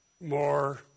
more